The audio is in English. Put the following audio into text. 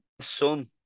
son